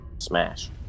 Smash